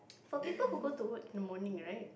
for people who go to work in the morning right